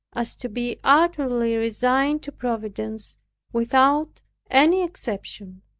as to be utterly resigned to providence without any exception,